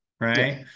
right